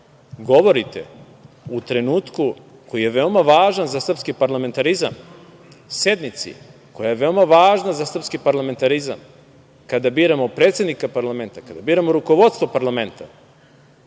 govorite u trenutku koji je veoma važan za srpski parlamentarizam, sednici koja je veoma važna za srpski parlamentarizam, kada biramo predsednika parlamenta, kada biramo rukovodstvo parlamenta,